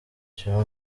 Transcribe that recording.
cya